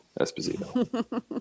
Esposito